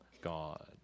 God